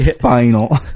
final